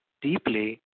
deeply